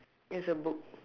is a book